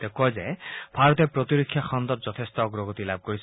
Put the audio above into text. তেওঁ কয় যে ভাৰতে প্ৰতিৰক্ষা খণ্ডত যথেষ্ট অগ্ৰগতি লাভ কৰিছে